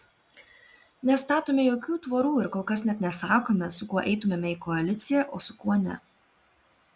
nestatome jokių tvorų ir kol kas net nesakome su kuo eitumėme į koaliciją o su kuo ne